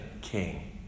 king